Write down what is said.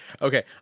Okay